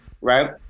right